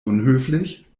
unhöflich